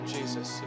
Jesus